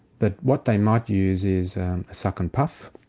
but what they might use is a suck and puff,